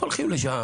הולכים לשם